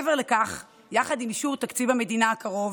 מעבר לכך, יחד עם אישור תקציב המדינה הקרוב